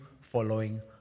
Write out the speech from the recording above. following